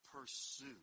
pursue